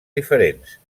diferents